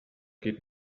geht